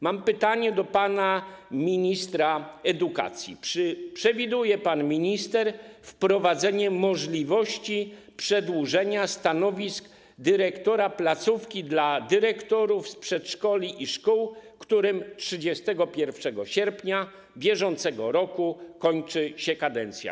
Mam pytanie do pana ministra edukacji: Czy przewiduje pan minister wprowadzenie możliwości przedłużenia powierzenia stanowiska dyrektora placówki dla dyrektorów przedszkoli i szkół, którym 31 sierpnia br. kończy się kadencja?